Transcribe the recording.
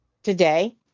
Today